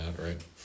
right